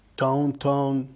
downtown